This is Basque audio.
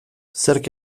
zerk